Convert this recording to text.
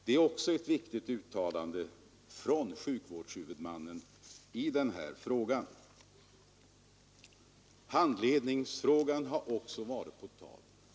Det är ett viktigt uttalande av sjukvårdshuvudmannen i den här frågan. Handledningsfrågan har också varit på tal.